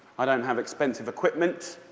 i don't have expensive equipment